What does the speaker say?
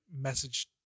message